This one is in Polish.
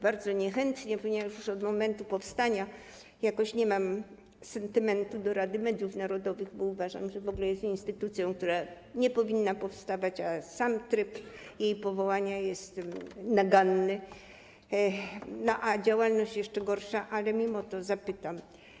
Bardzo niechętnie, ponieważ już od momentu powstania jakoś nie mam sentymentu do Rady Mediów Narodowych, bo uważam, że jest instytucją, która w ogóle nie powinna powstawać, a sam tryb jej powołania jest naganny, a działalność jeszcze gorsza, ale mimo to zapytam.